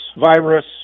virus